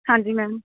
ਹਾਂਜੀ ਮੈਮ